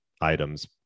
items